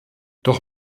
doch